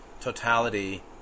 totality